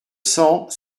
cent